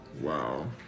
Wow